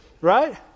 right